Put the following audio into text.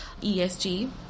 ESG